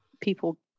people